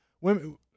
women